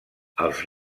els